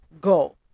go